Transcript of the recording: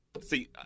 See